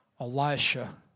Elisha